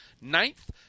Ninth